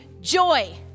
joy